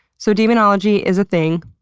so demonology is a thing.